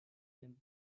him